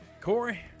Corey